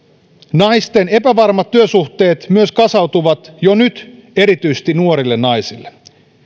epävarmat työsuhteet myös kasautuvat jo nyt erityisesti nuorille naisille